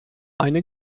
eine